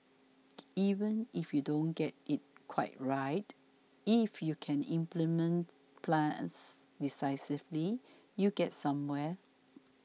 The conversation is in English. even if you don't get it quite right if you can implement plans decisively you get somewhere